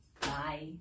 bye